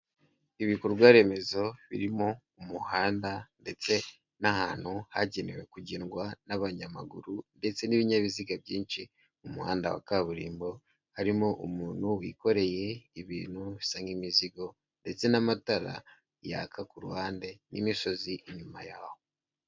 Ibikorwaremezo birimo umuhanda ndetse n'ahantu hagenewe kugendwa n'abanyamaguru, ndetse n'ibinyabiziga byinshi mu muhanda wa kaburimbo, harimo umuntu wikoreye ibintu bisa imizigo ndetse n'amatara yaka ku ruhande n'imisozi inyuma yaho.